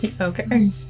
Okay